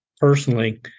personally